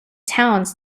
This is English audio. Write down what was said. towns